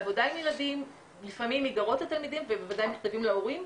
בעבודה עם ילדים ובוודאי מכתבים להורים,